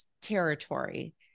territory